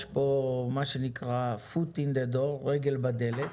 יש פה מה שנקרא "רגל בדלת",